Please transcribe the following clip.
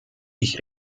ich